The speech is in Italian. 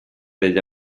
degli